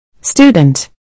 Student